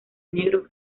negro